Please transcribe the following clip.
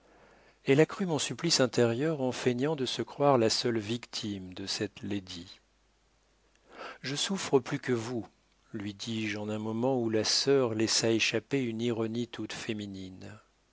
elle accrut mon supplice intérieur en feignant de se croire la seule victime de cette lady je souffre plus que vous lui dis-je en un moment où la sœur laissa échapper une ironie toute féminine